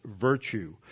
virtue